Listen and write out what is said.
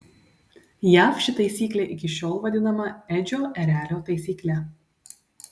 jav ši taisyklė iki šiol vaidinama edžio erelio taisykle